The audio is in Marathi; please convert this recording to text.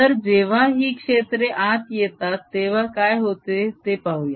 तर जेव्हा ही क्षेत्रे आत येतात तेव्हा काय होते ते पाहूया